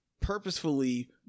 purposefully